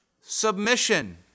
Submission